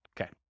Okay